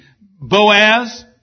Boaz